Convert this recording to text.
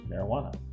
marijuana